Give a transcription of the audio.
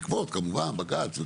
בעקבות כמובן בג"צ.